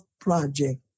Project